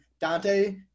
dante